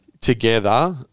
together